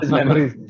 memories